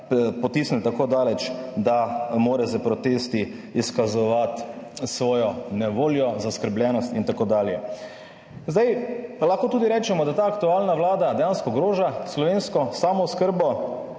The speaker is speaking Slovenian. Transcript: potisnili tako daleč, da mora s protesti izkazovati svojo nevoljo, zaskrbljenost in tako dalje. Zdaj, pa lahko tudi rečemo, da ta aktualna Vlada dejansko ogroža slovensko samooskrbo,